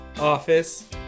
office